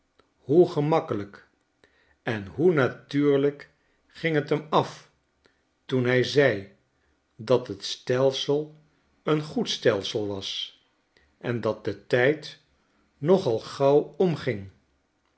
hoe gemakkelijk en hoe natuurlijk ging het hem af toen hy zei dat het stelsel een goed stelsel was en dat de tijd nogal gauw